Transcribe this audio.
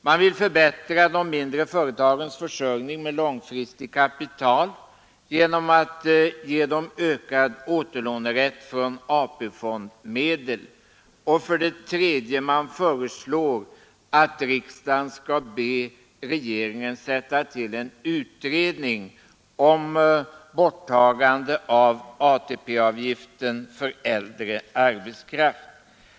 Man vill för det andra förbättra de mindre företagens försörjning med långfristigt kapital genom att ge dem ökad återlånerätt från AP-fondsmedel. Och för det tredje föreslår man att riksdagen skall be regeringen sätta till en utredning om borttagande av ATP-avgiften för äldre arbetskraft.